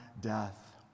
death